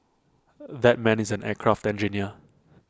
that man is an aircraft engineer